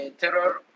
terror